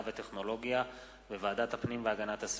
והטכנולוגיה ולוועדת הפנים והגנת הסביבה.